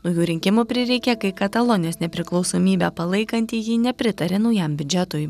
naujų rinkimų prireikė kai katalonijos nepriklausomybę palaikanti jį nepritarė naujam biudžetui